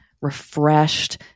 refreshed